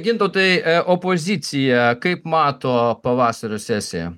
gintautai e opozicija kaip mato pavasario sesiją